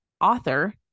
author